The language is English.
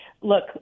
Look